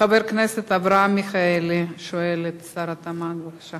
חבר הכנסת אברהם מיכאלי שואל את שר התמ"ת, בבקשה.